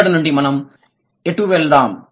ఇక్కడ నుండి మనం ఎటు వెళ్దాం